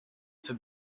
for